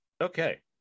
Okay